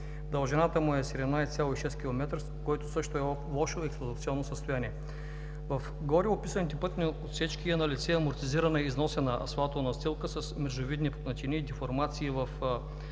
Дължината му е 17,6 км, който също е в лошо експлоатационно състояние. В гореописаните пътни отсечки е налице амортизирана и износена асфалтова настилка с мрежовидни пукнатини и деформации с